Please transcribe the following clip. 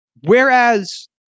Whereas